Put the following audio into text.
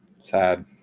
Sad